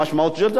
המשמעות של זה,